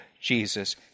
Jesus